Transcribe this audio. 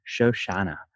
Shoshana